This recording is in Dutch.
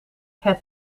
het